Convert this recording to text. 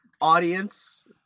audience